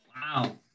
Wow